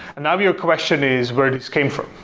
and now your question is where this came from.